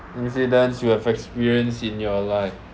incidents you have experienced in your life